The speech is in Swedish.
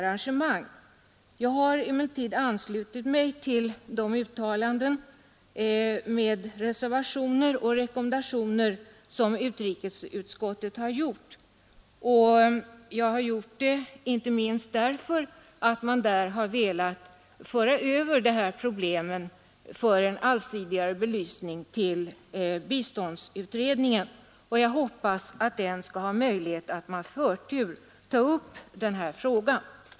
Jag har emellertid anslutit mig till de uttalanden med reservationer och rekommendationer som utrikesutskottet har gjort, inte minst därför att man där har velat föra över problemen till biståndsutredningen för allsidigare belysning, och jag hoppas att den skall ha möjlighet att med förtur ta upp den här frågan.